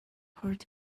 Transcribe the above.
hurt